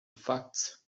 facts